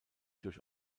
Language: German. durch